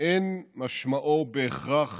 אין משמעו בהכרח